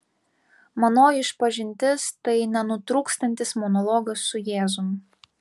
manoji išpažintis tai nenutrūkstantis monologas su jėzum